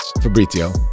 Fabrizio